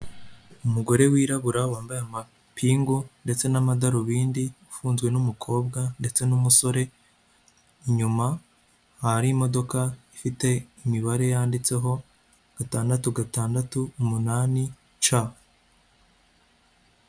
Umugore wirabura wambaye amapingu ndetse n'amadarubindi, afunzwe n'umukobwa ndetse n'umusore, inyuma hari imodoka ifite imibare yanditseho gatandatu, gatandatu, umunani, ca.